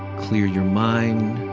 clear your mind.